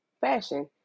fashion